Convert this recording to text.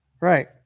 Right